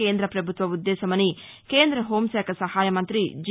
కేంద్ర ప్రభుత్వ ఉద్దేశ్యమని కేంద్ర హోంశాఖ సహాయ మంతి జి